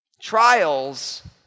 Trials